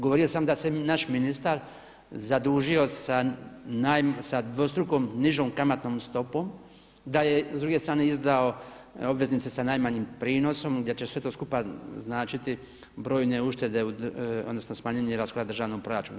Govorio sam da se naš ministar zadužio sa dvostruko nižom kamatnom stopom, da je s druge strane izdao obveznice sa najmanjim prinosom gdje će sve to skupa značiti brojne uštede, odnosno smanjenje rashoda državnog proračuna.